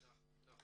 נילי